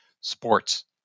sports